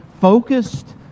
focused